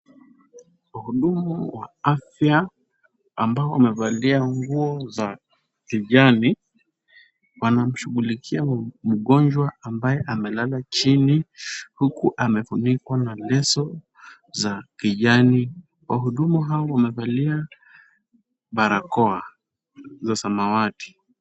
Wahudumu wa afya ambao wamevalia nguo za kijani, wanamshughulikia mgonjwa ambaye amelala chini huku amefunikwa na leso za kijani. Wahudumu hawa wamevaa barakoa za samawati.